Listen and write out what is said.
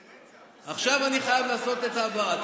זה רצח, זה רצח, עכשיו אני חייב לעשות את ההבהרה.